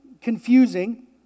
confusing